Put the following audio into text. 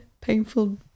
painful